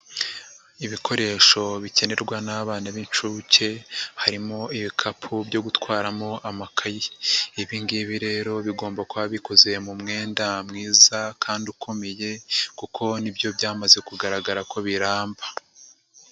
Ibikoresho bikenerwa n'abana b'incuke harimo ibikapu byo gutwaramo amakaye, ibi ngibi rero bigomba kuba bikoze mu mwenda mwiza kandi ukomeye kuko nibyo byamaze kugaragara ko biramba.